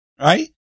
right